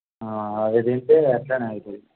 అది తింటే అలానే అవుతుంది